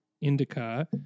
indica